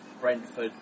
Brentford